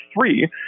three